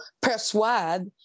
persuade